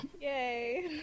Yay